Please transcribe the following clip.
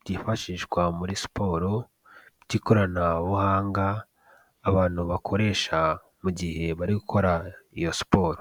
byifashishwa muri siporo by'ikoranabuhanga abantu bakoresha mu gihe bari gukora iyo siporo.